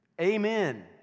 Amen